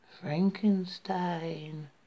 Frankenstein